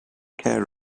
care